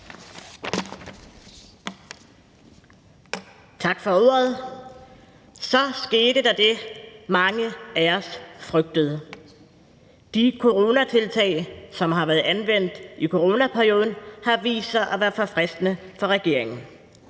Tak for ordet. Så skete der det, mange af os frygtede. De coronatiltag, som har været anvendt i coronaperioden, har vist sig at være for fristende for regeringen,